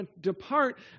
depart